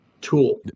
tool